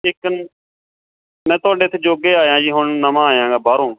ਮੈਂ ਤੁਹਾਡੇ ਇੱਥੇ ਜੋਗੇ ਆਇਆ ਜੀ ਹੁਣ ਨਵਾਂ ਆਇਆ ਗਾ ਬਾਹਰੋਂ